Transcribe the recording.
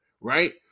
right